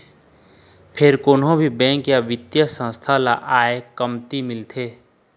फेर कोनो भी बेंक या बित्तीय संस्था ल आय कमती मिलथे